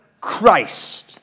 Christ